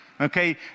okay